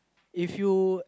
if you